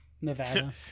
nevada